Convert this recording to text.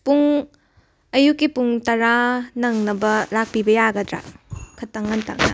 ꯄꯨꯡ ꯑꯩꯌꯨꯛꯀꯤ ꯄꯨꯡ ꯇꯔꯥ ꯅꯪꯅꯕ ꯂꯥꯛꯄꯤꯕ ꯌꯥꯒꯗꯔꯥ ꯈꯤꯇꯪ ꯉꯟꯇꯛꯅ